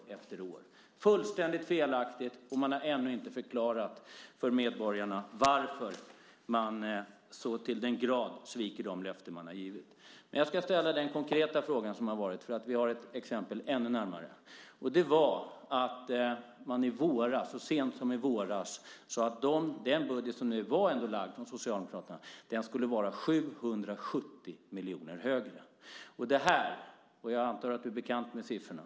Det är fullständigt felaktigt, och man har ännu inte förklarat för medborgarna varför man så till den grad sviker de löften man har givit. Jag ska ställa en konkret fråga eftersom det finns ett närmare exempel från så sent som i våras. Den budget som hade lagts fram från Socialdemokraternas sida skulle vara 770 miljoner högre. Jag antar att du är bekant med siffrorna.